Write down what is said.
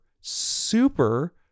super